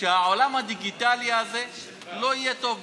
שהעולם הדיגיטלי הזה לא יהיה טוב בשבילם,